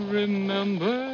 remember